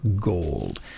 gold